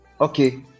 okay